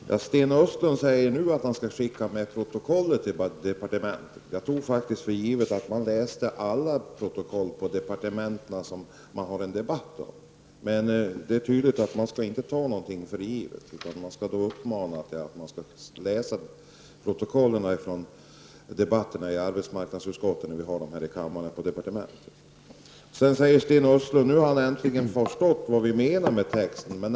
Herr talman! Sten Östlund säger nu att han skall skicka med protokollet till departementet. Jag tog faktiskt för givet att man i departementen läste alla protokoll från debatter som gäller deras verksamhetsområden. Men det är tydligt att vi inte skall ta någonting för givet, utan departementet skall uppmanas att läsa protokollen från de debatter som vi har här i kammaren om arbetsmarknadsutskottets betänkanden. Sedan säger Sten Östlund att nu har han äntligen förstått vad jag menar med texten i reservationen.